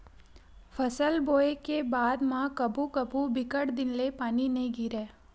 फसल बोये के बाद म कभू कभू बिकट दिन ले पानी नइ गिरय